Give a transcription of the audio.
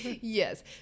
Yes